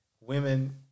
women